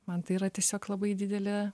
man tai yra tiesiog labai didelė